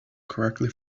correctly